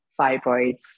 fibroids